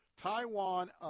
Taiwan